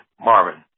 Marvin